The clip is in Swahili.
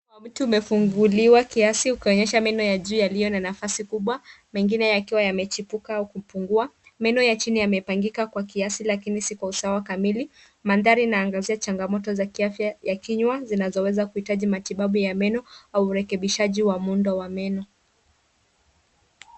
Mdomo wa mtu umefunguliwa kiasi ukionyesha meno ya juu yaliyo na nafasi kubwa, mengine yakiwa yamechipuka au kupungua. Meno ya chini yamepangika kwa kiasi lakini si kwa usawa kamili. Mandhari inaangazia changamoto za kiafya ya kinywa, zinazoweza kuhitaji matibabu ya meno, au urekebishaji wa muundo wa meno.